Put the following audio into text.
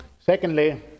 Secondly